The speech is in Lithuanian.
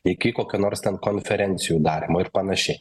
iki kokio nors ten konferencijų darymo ir panašiai